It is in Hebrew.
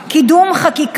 רק לפני חודשיים האיש